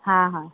हा हा